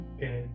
Okay